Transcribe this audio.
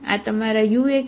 આ તમારા ux છે